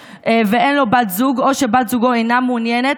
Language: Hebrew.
ואין לו בת זוג או שבת זוגו אינה מעוניינת".